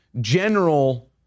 general